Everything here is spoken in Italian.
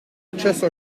accesso